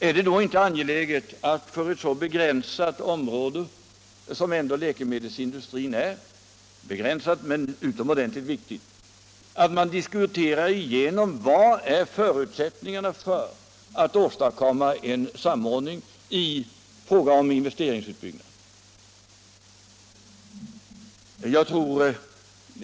Är det då inte angeläget att för ett så begränsat område som läkemedelsindustrin ändå utgör — begränsat men utomordentligt viktigt — diskutera igenom förutsättningarna för att åstadkomma en samordning i fråga om investeringsutbyggnader?